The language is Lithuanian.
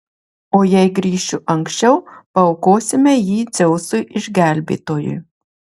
o jei grįšiu anksčiau paaukosime jį dzeusui išgelbėtojui